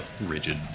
rigid